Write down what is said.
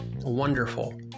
wonderful